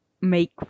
make